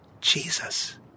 Jesus